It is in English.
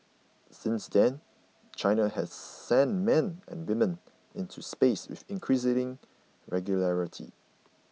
since then China has sent men and women into space with increasing regularity